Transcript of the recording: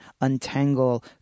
untangle